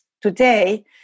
today